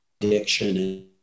addiction